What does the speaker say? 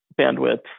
bandwidth